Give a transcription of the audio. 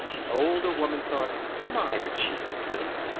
the older woman thought my, but she's pretty!